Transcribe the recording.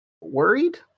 worried